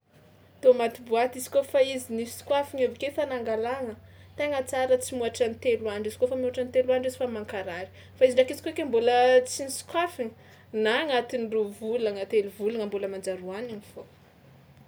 Tômaty boaty izy kaofa izy nisokoafana aby ke fa nangalagna tegna tsara tsy mihoatra ny telo andro izy kaofa mihoatra ny telo andro izy fa mankaharary fa izy ndraiky izy koa ke mbôla tsy nisokoafina na agnatin'ny roa volagna telo volagna mbola manjary hohanigny fao.